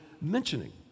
mentioning